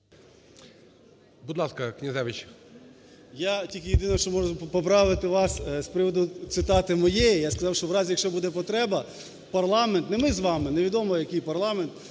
Будь ласка, Князевич.